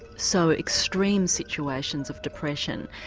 so extreme situations of depression?